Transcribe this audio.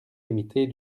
limitée